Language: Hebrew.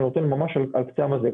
אני נותן ממש על קצה המזלג.